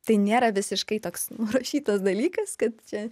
tai nėra visiškai toks nurašytas dalykas kad čia